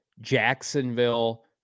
Jacksonville